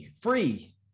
Free